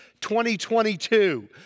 2022